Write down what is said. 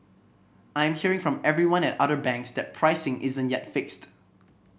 I'm hearing from everyone at other banks that pricing isn't yet fixed